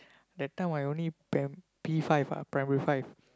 that time I only prim~ P-five ah primary five